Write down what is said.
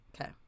Okay